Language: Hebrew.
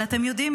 אבל אתם יודעים,